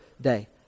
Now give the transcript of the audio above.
Day